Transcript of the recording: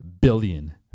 billion